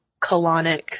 colonic